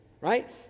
right